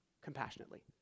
compassionately